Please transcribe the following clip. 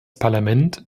parlament